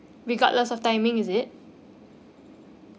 regardless of timing is it